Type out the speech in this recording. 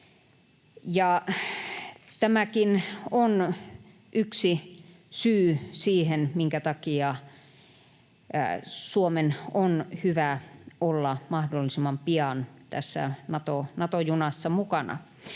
Tämäkin on yksi syy siihen, minkä takia Suomen on hyvä olla mahdollisimman pian tässä Nato-junassa mukana.